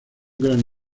gran